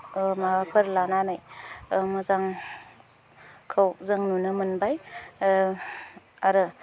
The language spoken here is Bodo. माबाफोर लानानै मोजांखौ जों नुनो मोनबाय आरो